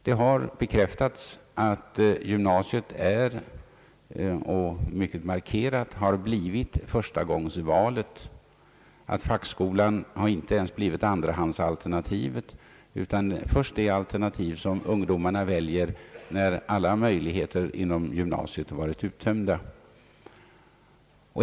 Det har bekräftats att gymnasiet på ett mycket markerat sätt har blivit förstahandsalternativet och att fackskolan inte ens kommer i andra hand utan är det alternativ, som ungdomarna väljer först när alla möjligheter inom gymnasiet är uttömda.